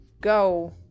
go